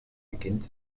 beginnt